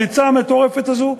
בריצה המטורפת הזו,